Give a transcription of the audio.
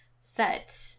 set